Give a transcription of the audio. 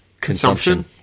consumption